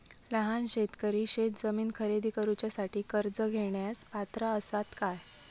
लहान शेतकरी शेतजमीन खरेदी करुच्यासाठी कर्ज घेण्यास पात्र असात काय?